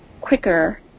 quicker